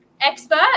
expert